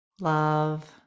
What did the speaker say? love